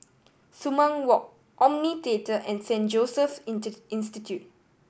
Sumang Walk Omni Theatre and Saint Joseph's Institute